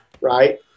Right